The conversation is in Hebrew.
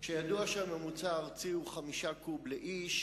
כשידוע שהממוצע הארצי הוא 5 קוב לאדם